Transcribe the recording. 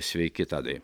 sveiki tadai